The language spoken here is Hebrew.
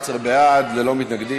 11 בעד, ללא מתנגדים.